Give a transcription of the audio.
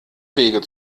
wege